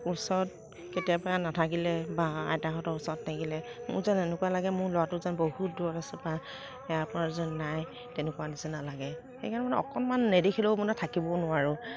ওচৰত কেতিয়াবা নাথাকিলে বা আইতাহঁতৰ ওচৰত থাকিলে মোৰ যেন এনেকুৱা লাগে মোৰ ল'ৰাটো যেন বহুত দূৰত আছে বা ইয়াৰপৰা যেন নাই তেনেকুৱাৰ নিচিনা লাগে সেইকাৰণে মানে অকণমান নেদেখিলেও মানে থাকিব নোৱাৰোঁ